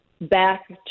back